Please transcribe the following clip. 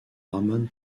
ramon